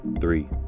Three